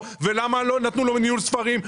למה לא נתנו לו ניהול ספרים וכולי.